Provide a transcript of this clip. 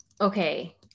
Okay